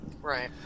Right